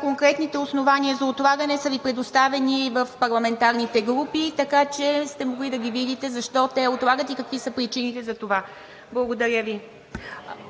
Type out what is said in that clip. конкретните основания за отлагане са Ви предоставени в парламентарните групи, така че сте могли да видите защо те отлагат и какви са причините за това. Благодаря Ви.